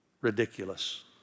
ridiculous